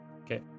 Okay